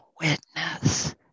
witness